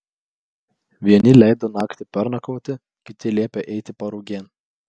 vieni leido naktį pernakvoti kiti liepė eiti parugėn